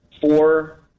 four